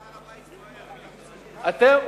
אתם,